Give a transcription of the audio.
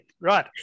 right